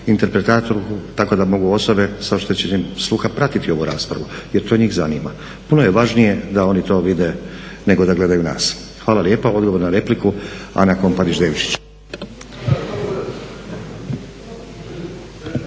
interpretatorku tako da mogu osobe sa oštećenjem sluha pratiti ovu raspravu jer to njih zanima. Puno je važnije da oni to vide nego da gledaju nas. Hvala lijepa. Odgovor na repliku, Ana Komparić Devčić.